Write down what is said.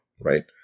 right